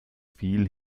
viel